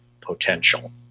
potential